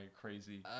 crazy